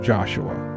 Joshua